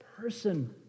person